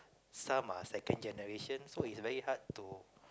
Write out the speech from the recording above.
some are second generation so it's very hard to